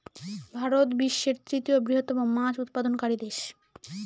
ভারত বিশ্বের তৃতীয় বৃহত্তম মাছ উৎপাদনকারী দেশ